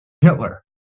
Hitler